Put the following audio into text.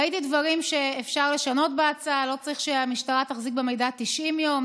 ראיתי דברים שאפשר לשנות בהצעה: לא צריך שהמשטרה תחזיק במידע 90 יום,